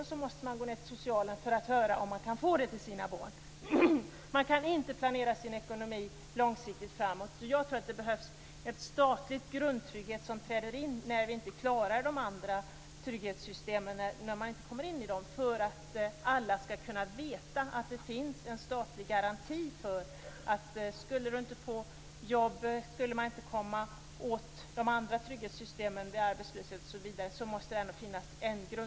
Då får föräldrarna gå till socialen för att höra om de kan få pengar till barnen. De kan inte planera sin ekonomi långsiktigt framåt. Det behövs en statlig grundtrygghet som träder in när vi inte kan komma in i de övriga trygghetssystemen. Alla skall veta att det finns en statlig garanti som faller ut om det inte går att få jobb eller att komma åt andra trygghetssystem vid arbetslöshet.